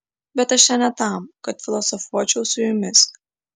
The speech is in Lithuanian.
bet aš čia ne tam kad filosofuočiau su jumis